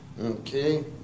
Okay